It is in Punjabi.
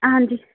ਹਾਂਜੀ